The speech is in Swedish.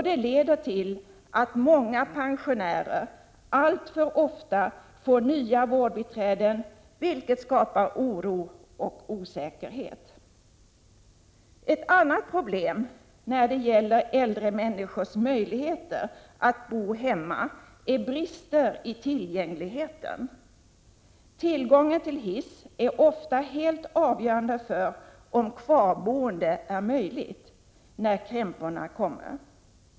Det leder till att många pensionärer alltför ofta får nya vårdbiträden, vilket skapar oro och osäkerhet. Ett annat problem när det gäller äldre människors möjlighet att bo hemma är brister i tillgängligheten. Tillgången till hiss är ofta helt avgörande för om kvarboende är möjligt, när krämporna kommer.